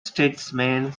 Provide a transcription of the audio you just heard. statesman